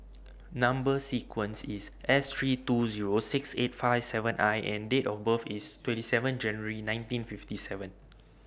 Number sequence IS S three two Zero six eight five seven I and Date of birth IS twenty seven January nineteen fifty seven